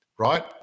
Right